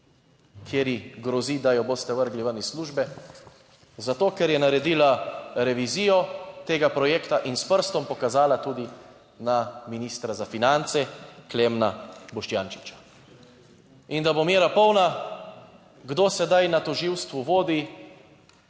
kateri grozi, da jo boste vrgli ven iz službe zato, ker je naredila revizijo tega projekta in s prstom pokazala tudi na ministra za finance Klemna Boštjančiča. In da bo mera polna, kdo sedaj na tožilstvu vodi